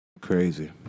crazy